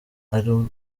ari